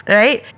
right